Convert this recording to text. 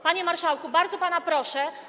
Panie marszałku, bardzo pana o to proszę.